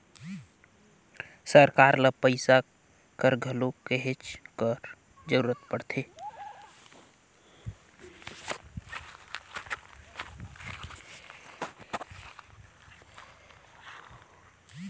सरकार ल पइसा कर घलो कहेच कर जरूरत परत रहथे